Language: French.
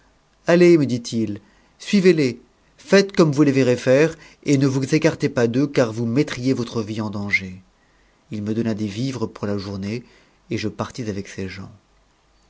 allez ille dit i suivez les faites comme vous les verrez faire et ne vous écar m pas d'eux car vous mettriez votre vie en danger h me donna des i m pour la journée et je partis avec ces gens